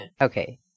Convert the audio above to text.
Okay